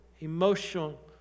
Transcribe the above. emotional